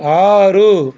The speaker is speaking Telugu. ఆరు